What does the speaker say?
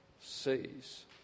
sees